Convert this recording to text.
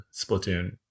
Splatoon